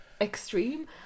extreme